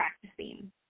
practicing